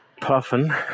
Puffin